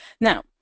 Now